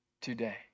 today